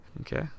Okay